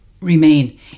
remain